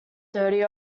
thirty